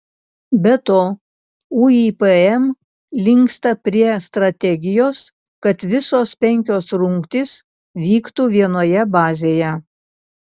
be to uipm linksta prie strategijos kad visos penkios rungtys vyktų vienoje bazėje